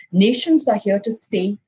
nations are here to stay.